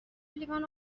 لیوان